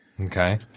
Okay